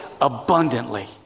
abundantly